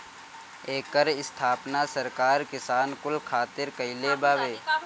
एकर स्थापना सरकार किसान कुल खातिर कईले बावे